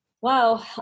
Wow